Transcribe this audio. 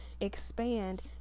expand